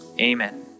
Amen